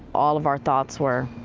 all of our thoughts were,